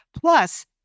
plus